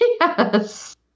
Yes